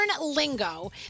lingo